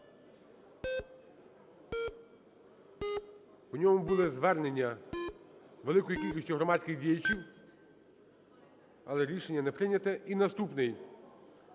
У ньому були звернення великої кількості громадських діячів. 16:23:15 За-103 Але рішення не прийнято. І наступний